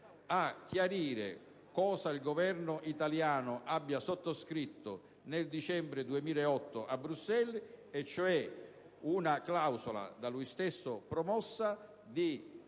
premessa, cosa il Governo italiano abbia sottoscritto nel dicembre 2008 a Bruxelles, cioè una clausola, da esso stesso promossa, di